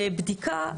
ובדיקה,